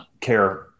care